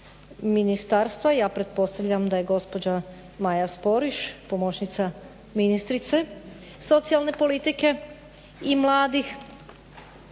ministarstva, ja pretpostavljam da je gospođa Maja Sporiš pomoćnica ministrice socijalne politike i mladih.